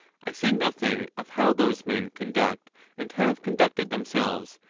i say nothing of how those men conduct and have conducted themselves,